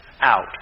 out